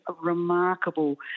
remarkable